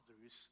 others